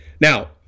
Now